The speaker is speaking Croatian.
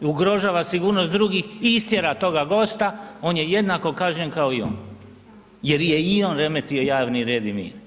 ugrožava sigurnost drugih istjera toga gosta, on je jednako kažnjen kao i on jer je i on remetio javni red i mir.